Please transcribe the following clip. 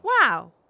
Wow